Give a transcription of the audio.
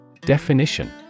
Definition